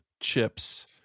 chips